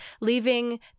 leaving